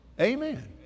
Amen